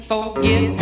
Forget